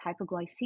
hypoglycemia